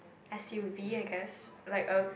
S_U_V I guess like a